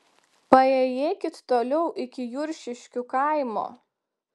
paėjėkit toliau iki juršiškių kaimo